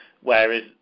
Whereas